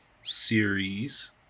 series